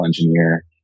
engineer